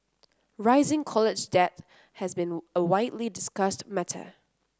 rising college debt has been a widely discussed matter